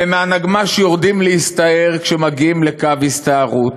ומהנגמ"ש יורדים להסתער כשמגיעים לקו הסתערות,